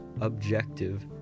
objective